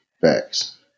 Facts